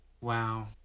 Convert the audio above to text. Wow